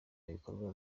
ibikorwa